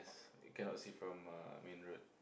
s~ you cannot see from uh main road